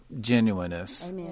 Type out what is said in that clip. genuineness